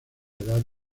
edad